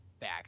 back